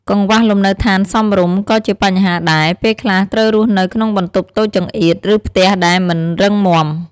កង្វះលំនៅឋានសមរម្យ ក៏ជាបញ្ហាដែរ ពេលខ្លះត្រូវរស់នៅក្នុងបន្ទប់តូចចង្អៀត ឬផ្ទះដែលមិនរឹងមាំ។